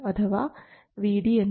അഥവാ Vd എന്നത് Vo Ao ആണ്